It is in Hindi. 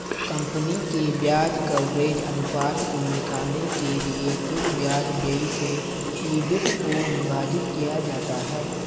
कंपनी के ब्याज कवरेज अनुपात को निकालने के लिए कुल ब्याज व्यय से ईबिट को विभाजित किया जाता है